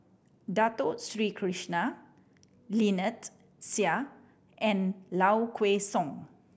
Dato Sri Krishna Lynnette Seah and Low Kway Song